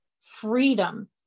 freedom